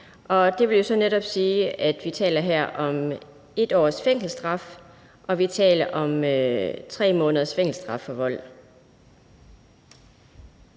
det vil jo så netop sige, at vi taler om 1 års fængselsstraf, og at vi taler om 3 måneders fængselsstraf for vold.